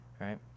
Right